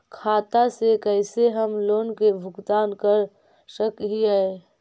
खाता से कैसे हम लोन के भुगतान कर सक हिय?